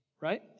right